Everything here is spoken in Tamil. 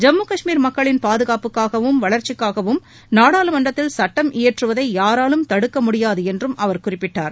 ஜம்மு கஷ்மீர் மக்களின் பாதுகாப்புக்காகவும் வளர்ச்சிக்காகவும் நாடாளுமன்றத்தில் சட்டம் இயற்றுவதை யாராலும் தடுக்க முடியாது என்றும் அவர் குறிப்பிட்டார்